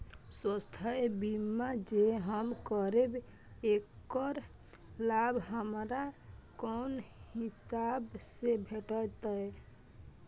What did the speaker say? स्वास्थ्य बीमा जे हम करेब ऐकर लाभ हमरा कोन हिसाब से भेटतै?